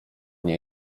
nie